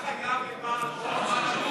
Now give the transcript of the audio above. אתה חייב לבעל הון כלשהו?